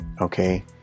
Okay